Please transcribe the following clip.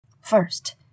First